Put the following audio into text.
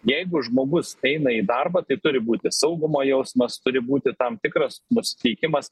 jeigu žmogus eina į darbą tai turi būti saugumo jausmas turi būti tam tikras nusiteikimas